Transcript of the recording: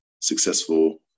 successful